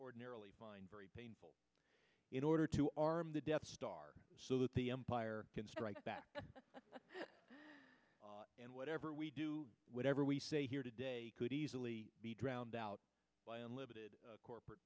ordinarily find very painful in order to arm the death star so that the empire can strike back and whatever we do whatever we say here today could easily be drowned out by unlimited corporate